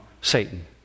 Satan